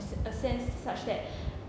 a sense such that